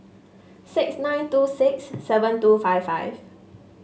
six nine two six seven two five five